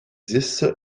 dix